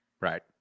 Right